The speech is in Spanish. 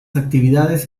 actividades